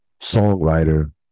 songwriter